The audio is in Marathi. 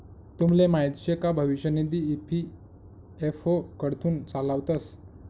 तुमले माहीत शे का भविष्य निधी ई.पी.एफ.ओ कडथून चालावतंस